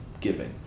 giving